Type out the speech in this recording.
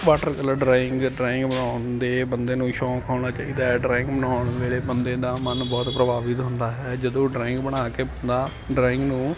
water colour drawing drawing ਬਣਾਉਣ ਦੇ ਬੰਦੇ ਨੂੰ ਸ਼ੌਂਕ ਹੋਣਾ ਚਾਹੀਦਾ ਹੈ ਡਰਾਇੰਗ ਬਣਾਉਣ ਵੇਲੇ ਬੰਦੇ ਦਾ ਮਨ ਬਹੁਤ ਪ੍ਰਭਾਵਿਤ ਹੁੰਦਾ ਹੈ ਜਦੋਂ ਡਰਾਇੰਗ ਬਣਾ ਕੇ ਬੰਦਾ ਡਰਾਇੰਗ ਨੂੰ